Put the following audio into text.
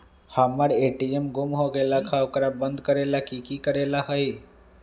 हमर ए.टी.एम गुम हो गेलक ह ओकरा बंद करेला कि कि करेला होई है?